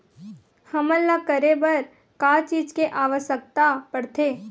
हमन ला करे बर का चीज के आवश्कता परथे?